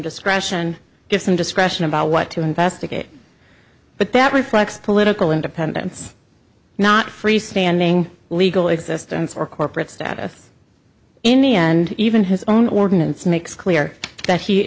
discretion if some discretion about what to investigate but that reflects political independence not freestanding legal existence or corporate status in the end even his own ordinance makes clear that he